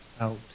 out